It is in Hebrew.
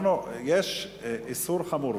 יש איסור חמור,